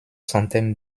centaines